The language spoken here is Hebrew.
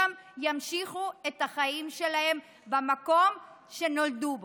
שם ימשיכו את החיים שלהם במקום שנולדו בו.